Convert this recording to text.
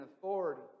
authority